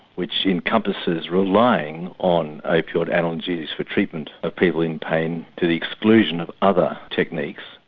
which encompasses relying on opioid analgesics for treatment of people in pain to the exclusion of other techniques.